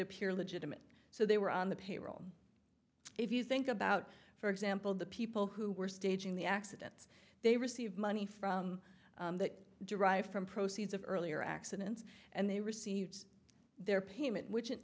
appear legitimate so they were on the payroll if you think about for example the people who were staging the accidents they received money from that derive from proceeds of earlier accidents and they received their payment which in